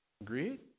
Agreed